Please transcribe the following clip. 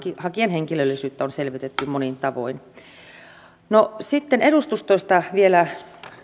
hakijan henkilöllisyyttä on selvitetty monin tavoin sitten edustustoista vielä